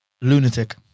lunatic